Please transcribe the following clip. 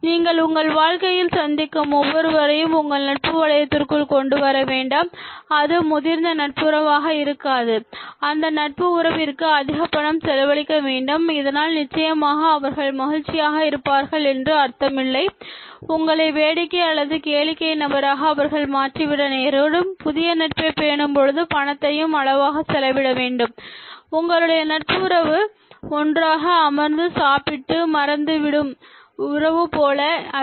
நீங்கள் உங்கள் வாழ்க்கையில் சந்திக்கும் ஒவ்வொருவரையும் உங்கள் நட்பு வளையத்திற்குள் கொண்டு வர வேண்டாம் அது முதிர்ந்த நட்புறவாக இருக்காது அந்த நட்பு உறவிற்கு அதிக பணம் செலவழிக்க வேண்டாம் இதனால் நிச்சயமாக அவர்கள் மகிழ்ச்சியாக இருப்பார்கள் என்று அர்த்தம் இல்லை உங்களை வேடிக்கை அல்லது கேளிக்கை நபராக அவர்கள் மாற்றிவிட நேரிடும் புதிய நட்பை பேணும் பொழுது பணத்தையும் அளவாக செலவிடவேண்டும் உங்களுடைய நட்புறவு ஒன்றாக அமர்ந்து சாப்பிட்டு மறைந்துவிடும் உறவு போல அல்ல